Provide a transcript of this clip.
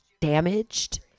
damaged